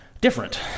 different